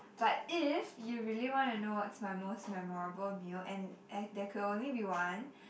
but if you really wanna know what's my most memorable meal and and there could only be one